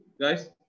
Guys